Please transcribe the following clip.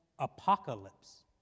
apocalypse